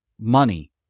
money